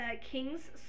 King's